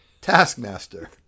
Taskmaster